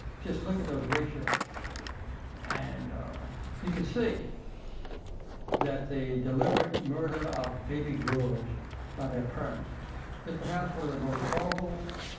just look at those ratios and you can see that the deliberate murder of baby girls by their parents is perhaps one of the most horrible